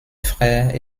frères